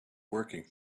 working